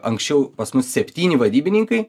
anksčiau pas mus septyni vadybininkai